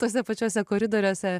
tuose pačiuose koridoriuose